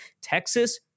texas